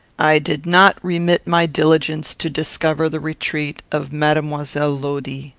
i did not remit my diligence to discover the retreat of mademoiselle lodi.